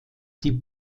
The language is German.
die